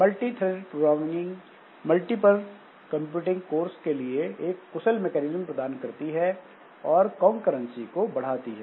multithreaded programming multiple computing course के लिए एक कुशल मैकेनिज्म प्रदान करती है और कॉन्करंसी को बढ़ाती है